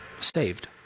saved